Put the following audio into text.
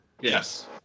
yes